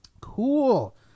Cool